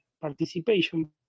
participation